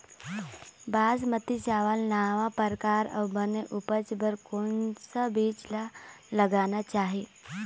बासमती चावल नावा परकार अऊ बने उपज बर कोन सा बीज ला लगाना चाही?